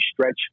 stretch